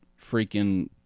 freaking